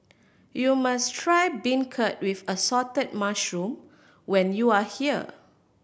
you must try beancurd with assorted mushroom when you are here